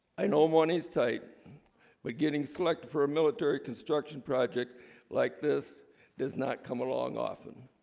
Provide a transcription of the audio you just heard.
i know money's tight but getting selected for a military construction project like this does not come along often